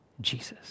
Jesus